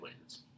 wins